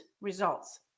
results